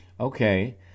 Okay